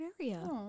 area